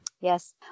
Yes